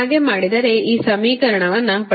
ಹಾಗೆ ಮಾಡಿದರೆಈ ಸಮೀಕರಣವನ್ನುಪಡೆಯುತ್ತೀರಿ